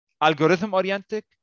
algorithm-oriented